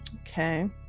Okay